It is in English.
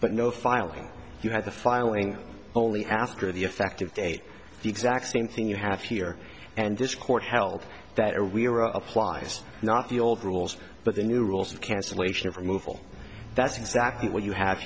but no filing you have the filing only after the effective date the exact same thing you have here and this court held that are we are applies not the old rules but the new rules of cancellation of removal that's exactly what you have